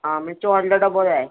आं म्हणचो व्हडलो डबो जाय